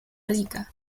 rica